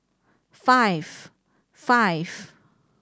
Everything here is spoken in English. five five